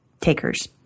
takers